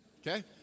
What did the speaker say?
Okay